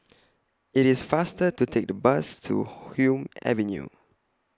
IT IS faster to Take The Bus to Hume Avenue